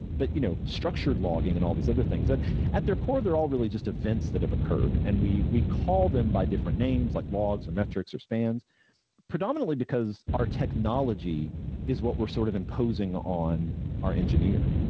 but you know structured logging and all these other things, at their core they're all really just events that have occurred. and we we call them by different names, like logs, or metrics, or spans predominantly because our technology is what we're sort of imposing on our engineer.